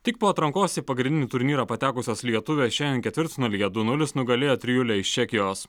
tik po atrankos į pagrindinį turnyrą patekusios lietuvės šiandien ketvirtfinalyje du nulis nugalėjo trijulę iš čekijos